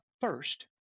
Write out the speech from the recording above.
first